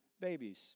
babies